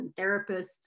therapists